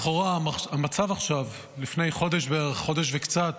לכאורה, המצב עכשיו, לפני חודש וקצת,